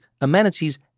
amenities